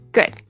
Good